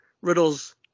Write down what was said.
Riddle's